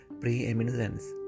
preeminence